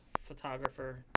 Photographer